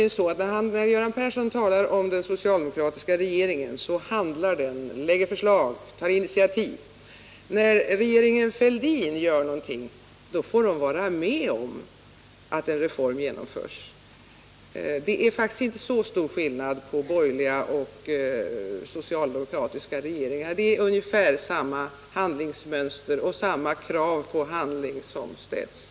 När Göran Persson talar om den socialdemokratiska regeringen, så handlar den, den lägger fram förslag, den tar initiativ. När regeringen Fälldin gör någonting, då får den vara med om att en reform genomförs. Det är faktiskt inte så stor skillnad på borgerliga och socialdemokratiska regeringar. Det är ungefär samma handlingsmönster och samma krav på handling som ställs.